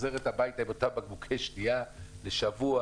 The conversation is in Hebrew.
חוזרת הביתה עם אותם בקבוקי שתייה לשבוע,